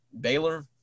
Baylor